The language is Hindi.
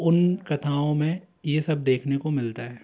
उन कथाओं में यह सब देखने को मिलता है